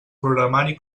programari